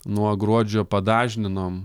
nuo gruodžio padažninom